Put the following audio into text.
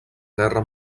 guerra